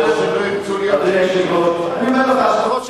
אותם